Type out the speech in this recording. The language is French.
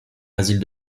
asile